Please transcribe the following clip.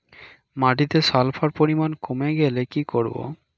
মাটিতে সালফার পরিমাণ কমে গেলে কি করব?